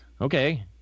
okay